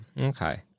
Okay